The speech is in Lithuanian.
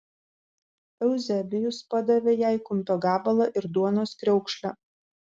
euzebijus padavė jai kumpio gabalą ir duonos kriaukšlę